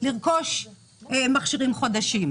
- מכונה חדשה.